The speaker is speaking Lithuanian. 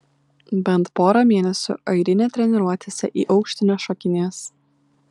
bent pora mėnesių airinė treniruotėse į aukštį nešokinės